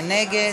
מי נגד?